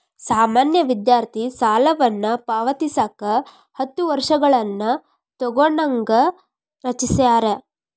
ಸಾಮಾನ್ಯ ವಿದ್ಯಾರ್ಥಿ ಸಾಲವನ್ನ ಪಾವತಿಸಕ ಹತ್ತ ವರ್ಷಗಳನ್ನ ತೊಗೋಣಂಗ ರಚಿಸ್ಯಾರ